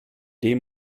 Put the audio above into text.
dem